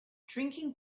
drinking